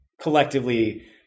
collectively –